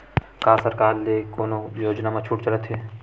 का सरकार के ले कोनो योजना म छुट चलत हे?